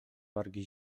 wargi